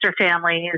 families